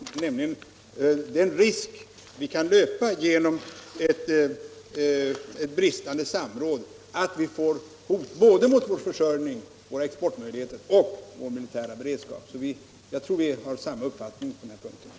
Det gäller nämligen den risk vi kan löpa genom bristande samråd — att vi får hot mot både vår försörjning, våra exportmöjligheter och vår militära beredskap. Jag tror att vi har samma uppfattning på den här punkten.